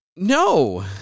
No